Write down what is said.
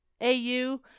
AU